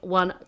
one